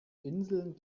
inseln